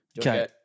Okay